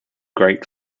great